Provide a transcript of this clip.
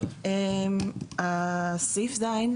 סעיף (ז)